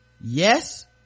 yes